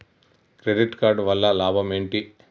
Credit card వల్ల లాభం ఏంటి?